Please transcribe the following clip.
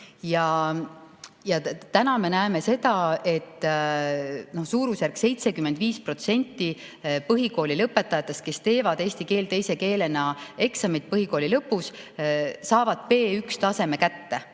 Me näeme, et suurusjärgus 75% põhikooli lõpetajatest, kes teevad eesti keele kui teise keele eksami põhikooli lõpus, saavad B1-taseme kätte.